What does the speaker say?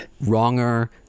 Wronger